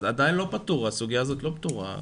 עדיין לא פתור, הסוגיה הזאת לא פתורה.